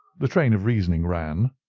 the train of reasoning ran,